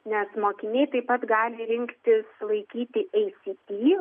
nes mokiniai taip pat gali rinktis laikyti ei sy ti